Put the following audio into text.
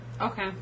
Okay